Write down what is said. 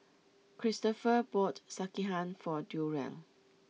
Cristopher bought Sekihan for Durell